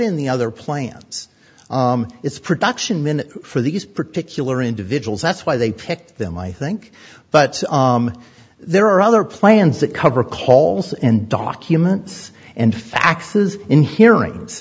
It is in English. in the other plans it's production minute for these particular individuals that's why they picked them i think but there are other plans that cover calls and documents and faxes in hearings